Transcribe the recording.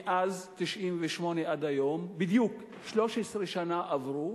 מאז 1998 ועד היום עברו 13 שנים בדיוק,